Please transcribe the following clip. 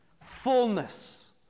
fullness